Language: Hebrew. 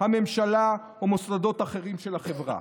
הממשלה או מוסדות אחרים של החברה,